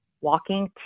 walking